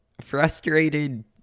frustrated